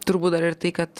turbūt dar ir tai kad